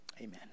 Amen